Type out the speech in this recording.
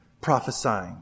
prophesying